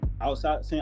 outside